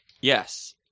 Yes